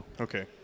Okay